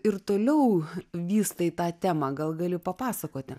ir toliau vystai tą temą gal gali papasakoti